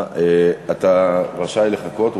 אתה רשאי לחכות.